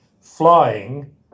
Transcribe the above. flying